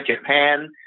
Japan